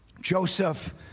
Joseph